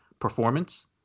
performance